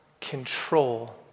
control